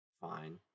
fine